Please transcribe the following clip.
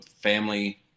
family